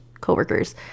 coworkers